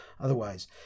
otherwise